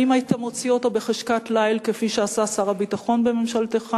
האם היית מוציא אותו בחשכת ליל כפי שעשה שר הביטחון בממשלתך?